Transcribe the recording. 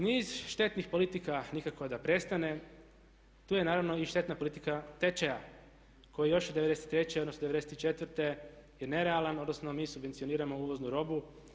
Niz štetnih politika nikako da prestane, tu je naravno i štetna politika tečaja koji još od '93. odnosno '94. je nerealan, odnosno mi subvencioniramo uvoznu robu.